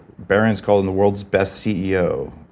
barron's called him the world's best ceo,